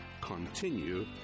continue